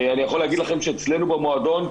אני יכול להגיד לכם שאצלנו במועדון,